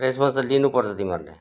response त लिनुपर्छ तिमीहरूले